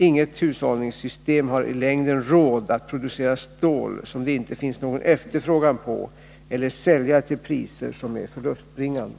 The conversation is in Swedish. Inget hushållningssystem har i längden råd att producera stål som det inte finns någon efterfrågan på eller sälja till priser som är förlustbringande.